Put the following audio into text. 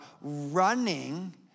running